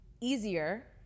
easier